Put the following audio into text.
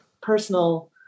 personal